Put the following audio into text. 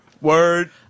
Word